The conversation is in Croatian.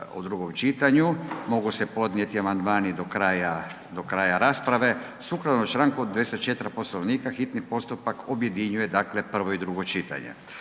o drugom čitanju, mogu se podnijeti amandmani do kraja, do kraja rasprave. Sukladno Članku 204. Poslovnika hitni postupak objedinjuje dakle prvo i drugo čitanje.